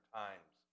times